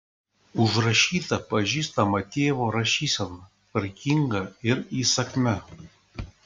užrašyta pažįstama tėvo rašysena tvarkinga ir įsakmia